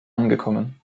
angekommen